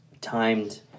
timed